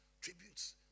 Tributes